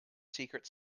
secret